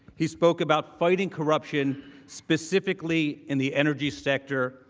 he spoke about fighting corruption specifically in the energy sector.